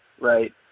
Right